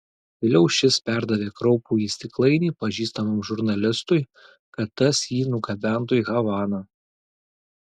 vėliau šis perdavė kraupųjį stiklainį pažįstamam žurnalistui kad tas jį nugabentų į havaną